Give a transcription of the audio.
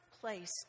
place